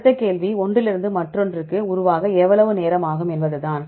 அடுத்த கேள்வி ஒன்றிலிருந்து மற்றொன்றுக்கு உருவாக எவ்வளவு நேரம் ஆகும் என்பதுதான்